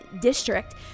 district